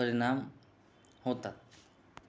परिणाम होता